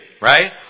Right